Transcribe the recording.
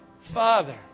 Father